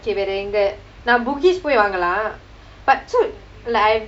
வேறே எங்கே நான்:vera enga naan bugis போய் வாங்கலாம்:poi vaangalaam but like I